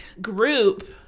group